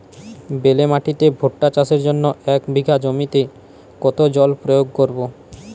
বেলে মাটিতে ভুট্টা চাষের জন্য এক বিঘা জমিতে কতো জল প্রয়োগ করব?